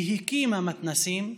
היא הקימה מתנ"סים,